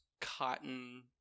cotton